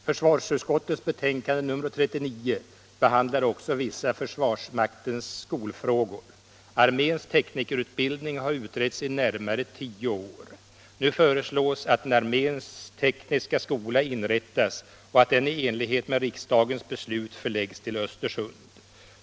Försvarsutskottets betänkande nr 39 behandlar också vissa försvarsmaktens skolfrågor. Arméns teknikerutbildning har utretts i närmare tio år. Nu föreslås att en arméns tekniska skola inrättas och att den i enlighet med riksdagens beslut förläggs till Östersund.